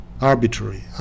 Arbitrary